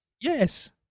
Yes